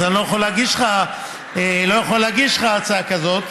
אז אני לא יכול להגיש לך הצעה כזאת.